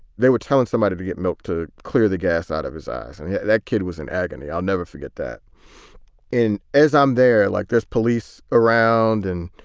they were telling somebody to get milk to clear the gas out of his eyes. and yeah that kid was in agony. i'll never forget that in as i'm there, like there's police around and,